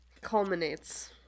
Culminates